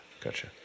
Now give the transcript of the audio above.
Gotcha